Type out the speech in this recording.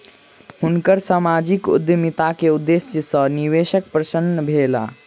हुनकर सामाजिक उद्यमिता के उदेश्य सॅ निवेशक प्रसन्न भेला